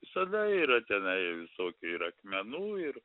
visada yra tenai visokių ir akmenų ir